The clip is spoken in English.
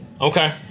Okay